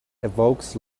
evokes